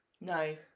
No